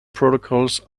protocols